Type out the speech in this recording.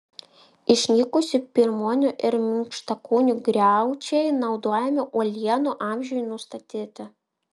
išnykusių pirmuonių ir minkštakūnių griaučiai naudojami uolienų amžiui nustatyti